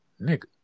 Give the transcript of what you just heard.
Nigga